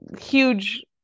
huge